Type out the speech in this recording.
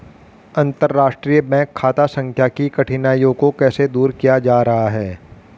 अंतर्राष्ट्रीय बैंक खाता संख्या की कठिनाइयों को कैसे दूर किया जा रहा है?